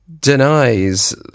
denies